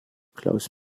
klaus